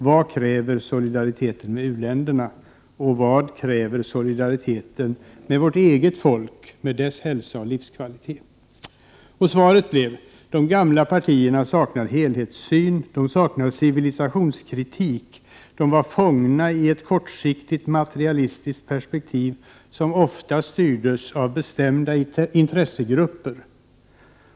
Vad kräver solidariteten med u-länderna och solidariteten med vårt eget folk, dess hälsa och livskvalitet? Svaret blev: De gamla partierna saknar helhetssyn och civilisationskritik. De är fångna i ett kortsiktigt materalistiskt perspektiv och är ofta styrda av bestämda intressegrupper.